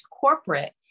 corporate